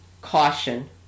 caution